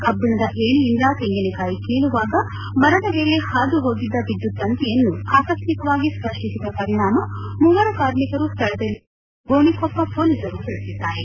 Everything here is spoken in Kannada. ಕಬ್ಬಿಣದ ಏಣಿಯಿಂದ ತೆಂಗಿನಕಾಯಿ ಕೀಳುವಾಗ ಮರದ ಮೇಲೆ ಹಾದುಹೋಗಿದ್ದ ವಿದ್ಯುತ್ ತಂತಿಯನ್ನು ಆಕಸ್ಟಿಕವಾಗಿ ಸ್ಫರ್ಶಿಸಿದ ಪರಿಣಾಮ ಮೂವರು ಕಾರ್ಮಿಕರು ಸ್ಥಳದಲ್ಲೇ ಸಾವನ್ನಪ್ಪಿದರೆಂದು ಗೋಣಿಕೊಪ್ಪ ಪೊಲೀಸರು ತಿಳಿಸಿದ್ದಾರೆ